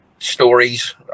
stories